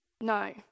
No